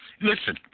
Listen